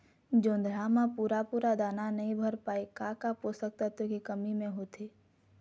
जोंधरा म पूरा पूरा दाना नई भर पाए का का पोषक तत्व के कमी मे होथे?